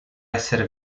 esser